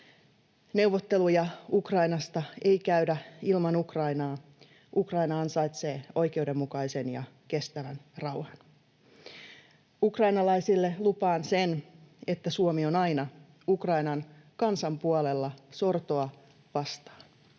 Neuvotteluja Ukrainasta ei käydä ilman Ukrainaa. Ukraina ansaitsee oikeudenmukaisen ja kestävän rauhan. Ukrainalaisille lupaan sen, että Suomi on aina Ukrainan kansan puolella sortoa vastaan.